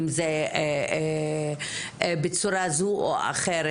אם זה בצורה זו או אחרת.